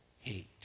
hate